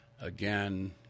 again